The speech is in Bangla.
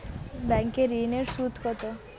ব্যাঙ্ক ঋন এর সুদ কত?